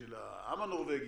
של העם הנורבגי,